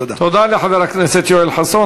תודה לחבר הכנסת יואל חסון.